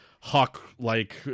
hawk-like